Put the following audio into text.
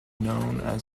known